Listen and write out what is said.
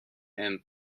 and